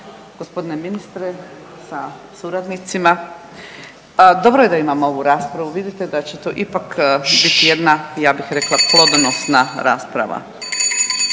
Gospodine ministre sa suradnicima. Dobro je da imamo ovu raspravu vidite da će to ipak biti jedna ja bih rekla plodonosna rasprava.